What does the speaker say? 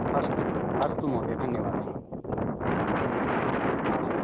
अस्तु अस्तु महोदय धन्यवादः धन्यवाद आमाम्